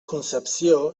concepció